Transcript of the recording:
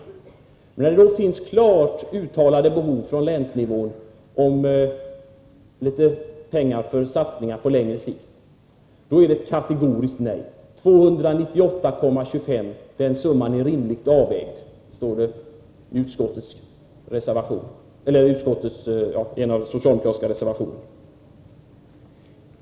När det på länsnivå nu finns klart uttalade behov av pengar för satsningar på längre sikt, är socialdemokraternas svar ett kategoriskt nej. 298,25 milj.kr. är en rimligt avvägd summa, står det i en av de socialdemokratiska reservationerna.